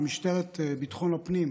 למשטרת ביטחון הפנים,